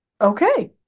Okay